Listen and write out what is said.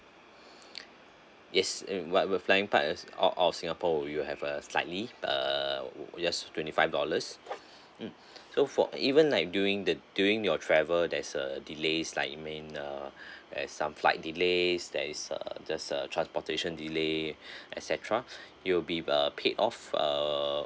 yes um what will flying part as out of singapore would you have uh slightly uh uh yes twenty five dollars mm so for even like during the during your travel there is a delay it's like main uh as some flight delays there is just a transportation delay et cetera you'll be well uh paid off uh